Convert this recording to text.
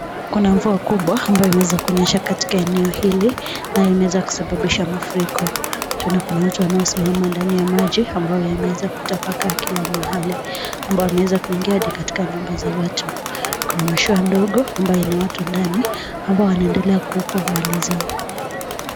Kuna mvua kubwa ambayo imewea kunyesha katika eneo hili na imeweza kusababisha mafuriko na kuna watu wanosimama ndani ya maji ambayo yameweza kutapakaa kila mahai ambayo yameweza kuingia hadi katika nyumba za watu. Kuna mashua ndogo ambyo ina watu ndani ambo wanaendelea kuokoa mali zao.